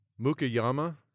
Mukayama